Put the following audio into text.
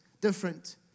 different